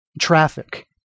traffic